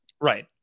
Right